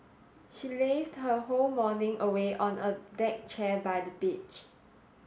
she lazed her whole morning away on a deck chair by the beach